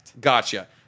Gotcha